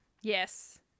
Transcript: Yes